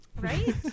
right